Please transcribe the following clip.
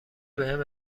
بهم